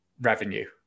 revenue